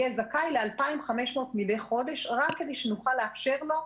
יהיה זכאי ל-2,500 מדי חודש רק כדי שנוכל לאפשר לו,